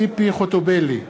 ציפי חוטובלי,